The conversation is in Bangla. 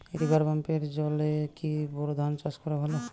রিভার পাম্পের জলে কি বোর ধানের চাষ ভালো হয়?